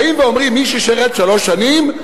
באים ואומרים שמי ששירת שלוש שנים,